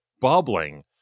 bubbling